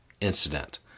incident